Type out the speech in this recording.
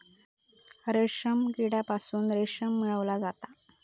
रेशीम किड्यांपासून रेशीम मिळवला जाता